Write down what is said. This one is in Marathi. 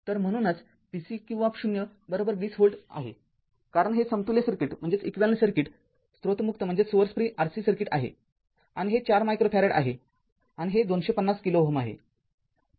तर म्हणूनच vcq २० व्होल्ट आहे कारण हे समतुल्य सर्किट स्रोत मुक्त RC सर्किट आहे आणि हे ४ मायक्रो फॅरेड आहे आणि हे २५० किलो Ω आहे